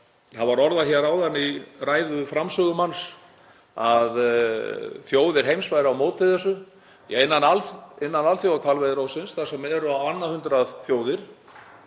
Það var orðað hér áðan í ræðu framsögumanns að þjóðir heims væri á móti þessu. Innan Alþjóðahvalveiðiráðsins þar sem eru á annað hundrað þjóðir,